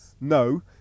No